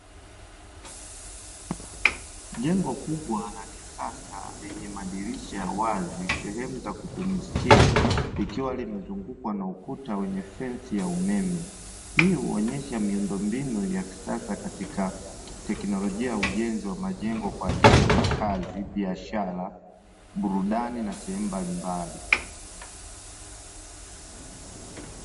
Jengo kubwa la kisasa lenye madirisha wazi, sehemu za kupumzikia likiwa limezungukwa na ukuta wenye fensi ya umeme, hii huonyesha miundombinu ya kisasa katika teknolojia ya ujenzi wa majengo kwa ajili ya makazi, biashara, burudani na sehemu mbalimbali.